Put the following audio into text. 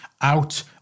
out